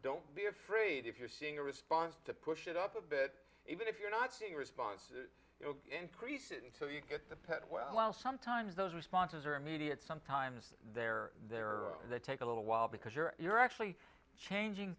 don't be afraid if you're seeing a response to push it up a bit even if you're not seeing responses increase and so you get the pet well sometimes those responses are immediate sometimes they're there or they take a little while because you're you're actually changing